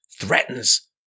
threatens